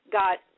got